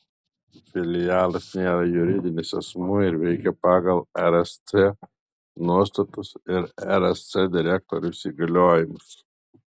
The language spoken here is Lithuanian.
filialas nėra juridinis asmuo ir veikia pagal rsc nuostatus ir rsc direktoriaus įgaliojimus